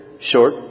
short